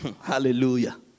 Hallelujah